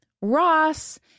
Ross